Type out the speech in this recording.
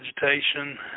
Vegetation